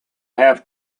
have